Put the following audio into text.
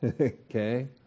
Okay